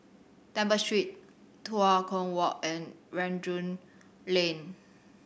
Temple Street Tua Kong Walk and Rangoon Lane